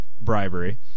bribery